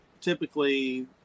typically